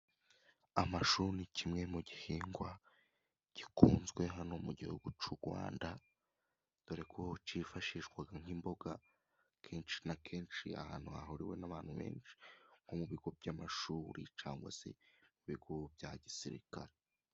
Amashu ni kimwe mu bihingwa gikunzwe hano mu gihugu cy'u Rwanda, dore ko cyifashishwa nk'imboga, kenshi na kenshi ahantu hahuriwe n'abantu benshi, nko mu bigo by'amashuri cyangwa se mu bigo bya gisirikare.